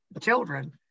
children